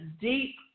deep